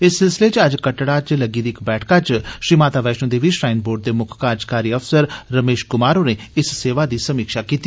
इस सिलसिले च अज्ज कटड़ा च लग्गी दी इक बैठका च श्रीमाता वैष्णो देवी श्राईन बोर्ड दे मुक्ख कार्जकारी अफसर रमेश कुमार होरें इस सेवा दी समीक्षा कीती